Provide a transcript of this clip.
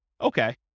Okay